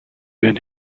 been